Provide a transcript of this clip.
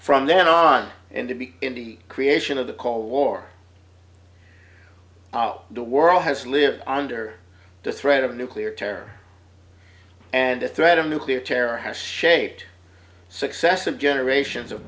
from then on and to be in the creation of the cold war the world has lived under the threat of nuclear terror and the threat of nuclear terror has shaped successive generations of